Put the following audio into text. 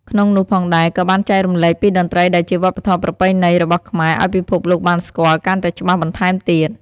ក្នុងនោះផងដែរក៏បានចែករំលែកពីតន្រ្តីដែលជាវប្បធម៌ប្រពៃណីរបស់ខ្មែរឲ្យពិភពលោកបានស្គាល់កាន់តែច្បាស់បន្ថែមទៀត។